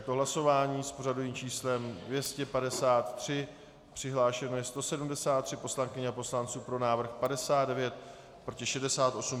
Je to hlasování s pořadovým číslem 253, přihlášeno je 173 poslankyň a poslanců, pro návrh 59, proti 68.